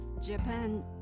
Japan